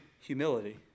Humility